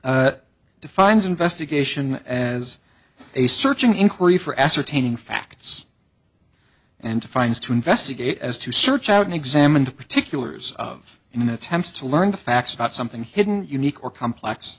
that defines investigation as a searching inquiry for ascertaining facts and finds to investigate as to search out and examine the particulars of an attempt to learn the facts about something hidden unique or complex